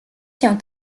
się